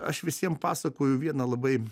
aš visiem pasakoju vieną labai